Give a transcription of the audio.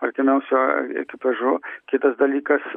artimiausiu ekipažu kitas dalykas